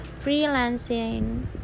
freelancing